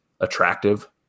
attractive